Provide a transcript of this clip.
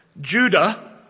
Judah